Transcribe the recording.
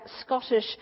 Scottish